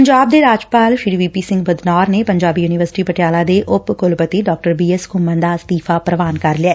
ਪੰਜਾਬ ਦੇ ਰਾਜਪਾਲ V P Singh Badnore ਨੇ ਪੰਜਾਬੀ ਯੁਨੀਵਰਸਿਟੀ ਪਟਿਆਲਾ ਦੇ ਉਪ ਕੁਲਪਤੀ ਡਾ ਬੀ ਐਸ ਘੁੰਮਣ ਦਾ ਅਸਤੀਫ਼ਾ ਪ੍ਵਾਨ ਕਰ ਲਿਐ